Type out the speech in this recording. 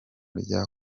rya